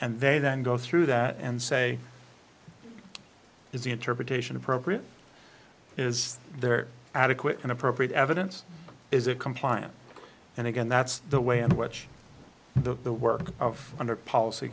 and they then go through that and say is the interpretation appropriate is there adequate and appropriate evidence is it compliant and again that's the way in which the work of under policy